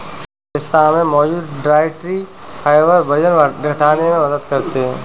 पिस्ता में मौजूद डायट्री फाइबर वजन घटाने में मदद करते है